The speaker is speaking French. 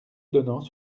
donnant